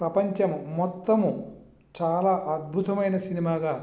ప్రపంచ మొత్తము చాలా అద్భుతమైన సినిమాగా